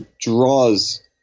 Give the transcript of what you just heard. draws